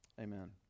amen